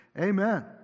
Amen